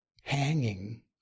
hanging